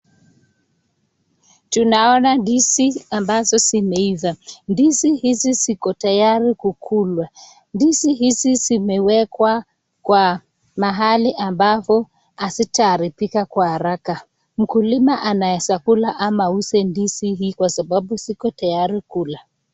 Tunaona ndizi ambazo zimeiva, ndizi hizi ziko tayari kukulwa ndizi hizi zimewekwa kwa mahali ambapo hazitaharibika kwa haraka, mkulima anaweza kula ama auze ndizi hii kwa sababu ziko tayari kula.